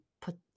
put